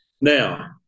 Now